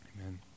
Amen